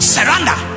Surrender